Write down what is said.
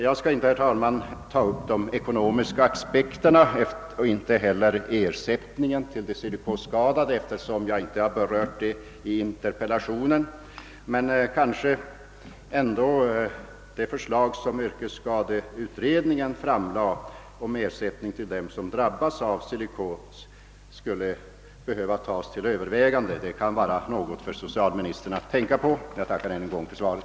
Jag skall inte, herr talman, ta upp de ekonomiska aspekterna och inte heller frågan om ersättningen till de silikosskadade, eftersom jag inte har berört den sidan av saken i min interpellation. Kanske ändå det förslag, som yrkesskadeutredningen framlade om ersättning till dem som drabbas av silikos, skulle behöva tas upp till övervägande. Det kan vara något för socialministern att tänka på. Jag tackar än en gång för svaret.